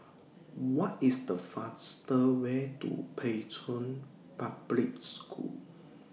What IS The faster Way to Pei Chun Public School